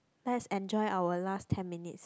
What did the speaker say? let's enjoy our last ten minutes